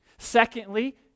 Secondly